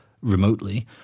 remotely